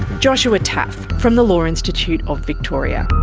joshua taaffe from the law institute of victoria